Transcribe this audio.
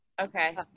okay